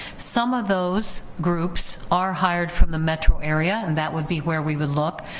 some of those groups are hired from the metro area and that would be where we would look.